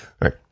right